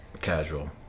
Casual